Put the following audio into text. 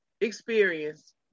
experience